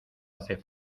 hace